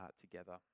together